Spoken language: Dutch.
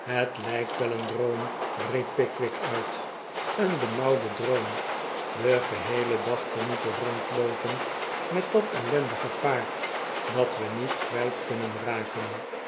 het lijkt wel een droom riep pickwick uit rr een benauwde droom den geheelen dag te moeten rondloopen met dat ellendige paard dat we niet kwijt kunnen raken